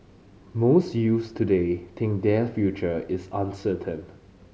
most youths today think their future is uncertain